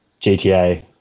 GTA